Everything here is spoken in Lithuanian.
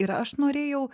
ir aš norėjau